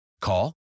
Call